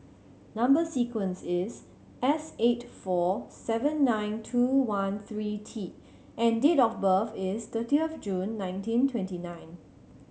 number sequence is S eight four seven nine two one three T and date of birth is thirtieth of June nineteen twenty nine